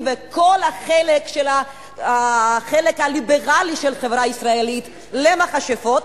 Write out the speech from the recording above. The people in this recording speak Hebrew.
ואת כל החלק הליברלי של החברה הישראלית למכשפות,